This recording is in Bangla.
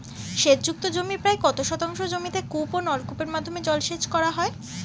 সেচ যুক্ত জমির প্রায় কত শতাংশ জমিতে কূপ ও নলকূপের মাধ্যমে জলসেচ করা হয়?